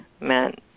meant